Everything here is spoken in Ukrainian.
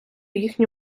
їхню